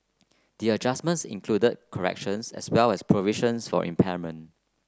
the adjustments included corrections as well as provisions for impairment